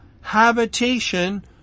habitation